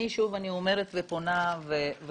אני שוב אומרת ופונה לכולם,